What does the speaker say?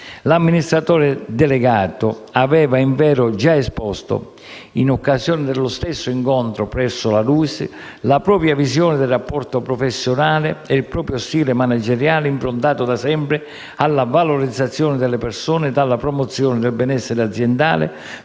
L'amministratore delegato aveva invero già esposto, in occasione dello stesso incontro presso la LUISS, la propria visione del rapporto professionale e il proprio stile manageriale, improntato da sempre alla valorizzazione delle persone e alla promozione del benessere aziendale,